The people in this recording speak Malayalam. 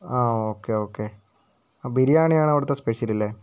ആ ഓക്കേ ഓക്കേ ബിരിയാണിയാണ് അവിടുത്തെ സ്പെഷ്യൽ അല്ലേ